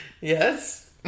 Yes